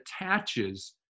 attaches